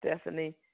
Stephanie